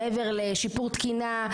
מעבר לשיפור תקינה.